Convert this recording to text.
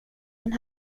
den